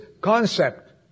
concept